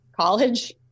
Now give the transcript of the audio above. College